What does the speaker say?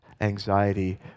anxiety